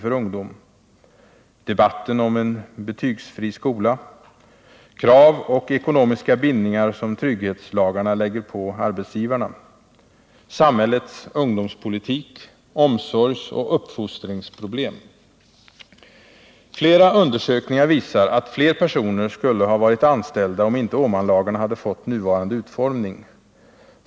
Krav och ekonomiska bindningar som trygghetslagarna lägger på arbetsgivarna. Flera undersökningar visar att fler personer skulle ha varit anställda om inte Åmanlagarna hade fått nuvarande utformning.